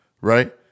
right